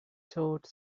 toad